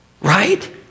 right